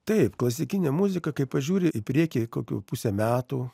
taip klasikinė muzika kai pažiūri į priekį kokių pusę metų